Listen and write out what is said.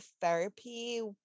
therapy